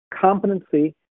competency